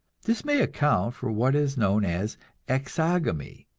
this may account for what is known as exogamy,